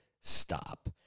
Stop